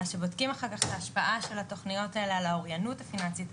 כשבודקים אחר-כך את ההשפעה של התוכניות על האוריינות הפיננסית,